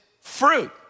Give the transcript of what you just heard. fruit